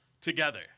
together